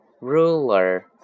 ruler